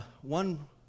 one